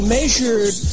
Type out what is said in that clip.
measured